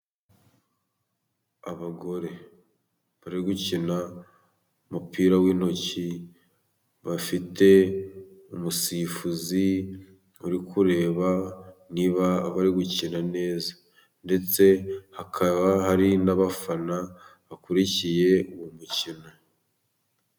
Abagore bari gukina umupira w'intoki bafite umusifuzi uri kureba niba bari gukina neza, ndetse hakaba hari n'abafana bakurikiye uwo mukino.